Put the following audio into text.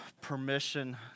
permission